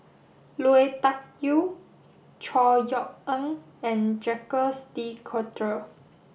Lui Tuck Yew Chor Yeok Eng and Jacques De Coutre